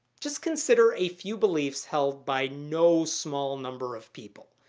just consider a few beliefs held by no small number of people.